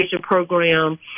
program